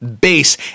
base